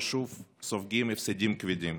שוב סופגים הפסדים כבדים.